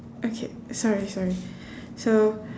okay sorry sorry so